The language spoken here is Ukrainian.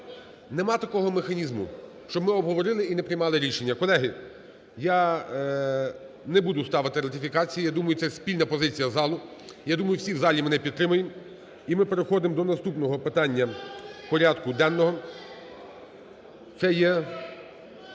Немає такого механізму, щоб ми обговорили і не приймали рішення. Колеги, я не буду ставити ратифікації я думаю, це спільна позиція залу, я думаю, всі в залі мене підтримають. І ми переходимо до наступного питання порядку денного.